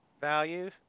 value